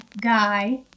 guy